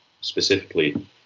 specifically